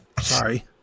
Sorry